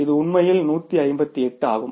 இது உண்மையில் 158 ஆகும்